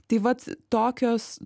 tai vat tokios